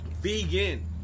Vegan